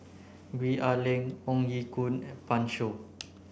Gwee Ah Leng Ong Ye Kung and Pan Shou